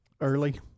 early